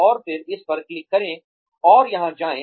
और फिर इस पर क्लिक करें और यहां जाएं